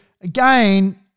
again